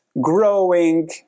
growing